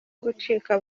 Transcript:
gucika